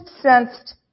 sensed